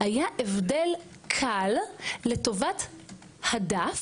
היה הבדל קל לטובת הדף,